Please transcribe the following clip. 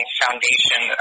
foundation